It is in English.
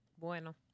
Bueno